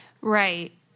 Right